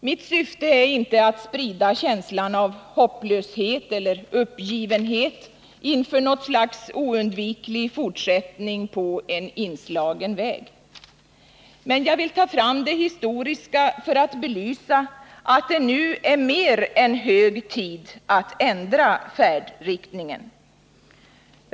Mitt syfte är inte att sprida känslan av hopplöshet eller uppgivenhet inför något slags oundviklig fortsättning på en inslagen väg. Men jag vill ta fram det historiska för att belysa att det nu är mer än hög tid att ändra färdriktningen.